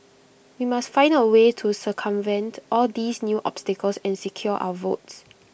we must find A way to circumvent all these new obstacles and secure our votes